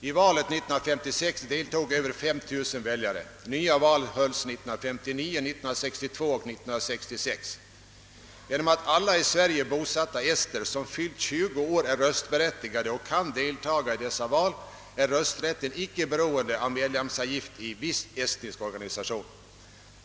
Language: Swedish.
I valet 1956 deltog över 5 000 väljare. Nya val hölls 1959, 1962 och 1966. Genom att alla i Sverige bosatta ester som fyllt 20 år är röstberättigade och kan deltaga i dessa val är rösträtten icke beroende av medlemskap i någon estnisk organisation.